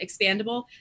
expandable